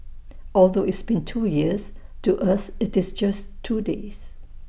although it's been two years to us it's just two days